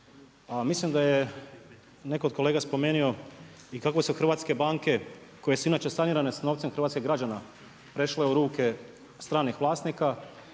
mislim da je netko od kolega spomenuo i kako su hrvatske banke koje su inače sanirane s novcem hrvatskih građana, prešle u ruke stranih vlasnika,